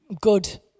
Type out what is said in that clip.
good